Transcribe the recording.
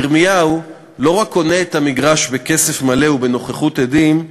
ירמיהו לא רק קונה את המגרש בכסף מלא ובנוכחות עדים,